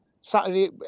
Saturday